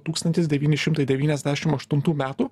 tūkstantis devyni šimtai devyniasdešim aštuntų metų